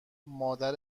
مادر